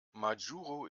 majuro